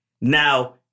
Now